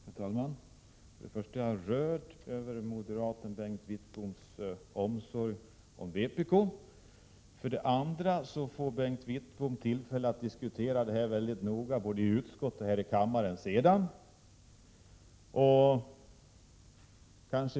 Herr talman! För det första: Jag är rörd över moderaten Bengt Wittboms omsorg om vpk. För det andra: Bengt Wittbom får tillfälle att senare diskutera denna fråga mycket ingående både i utskottet och här i kammaren.